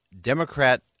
Democrat